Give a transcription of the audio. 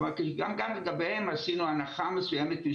גם לגביהם עשינו הנחה מסוימת.